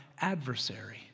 adversary